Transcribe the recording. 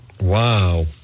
Wow